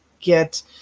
get